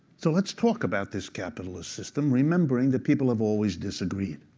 so let's talk about this capitalist system, remembering that people have always disagreed.